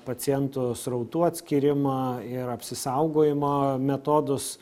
pacientų srautų atskyrimo ir apsisaugojimo metodus